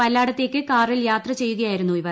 പല്ലാടത്തേക്ക് കാറിൽ യാത്ര ചെയ്യുകയായിരുന്നു ഇവർ